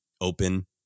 open